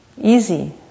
easy